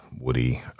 Woody